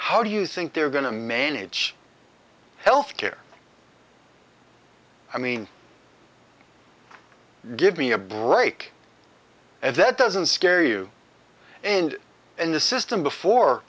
how do you think they're going to manage health care i mean give me a break and that doesn't scare you and in the system before